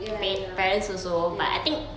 ya lah ya lah ya